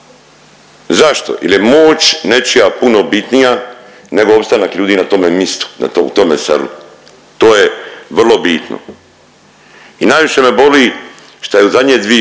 Zašto, jer je moć nečija puno bitnija nego opstanak ljudi na tome mistu, na tome selu. To je vrlo bitno. I najviše me boli šta je u zadnje dvi godine,